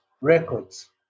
records